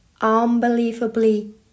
unbelievably